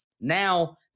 Now